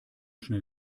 schnell